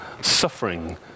suffering